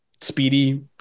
speedy